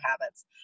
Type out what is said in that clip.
habits